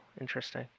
Interesting